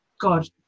god